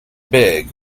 big